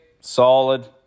Solid